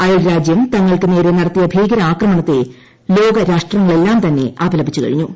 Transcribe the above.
അയൽരാജ്യ് തങ്ങൾക്ക് നേരെ നടത്തിയ ഭീകരാക്രമണത്തെ ലോകരാഷ്ട്രങ്ങളെല്ലാം തന്നെ അപ്ലപിച്ചു കഴിഞ്ഞു